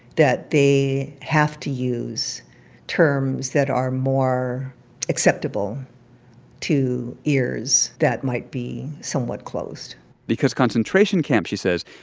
that they have to use terms that are more acceptable to ears that might be somewhat closed because concentration camp, she says,